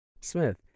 Smith